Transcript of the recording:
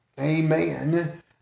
amen